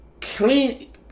clean